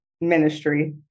ministry